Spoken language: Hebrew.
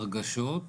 הרגשות,